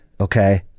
okay